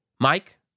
Mike